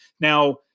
Now